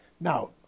Now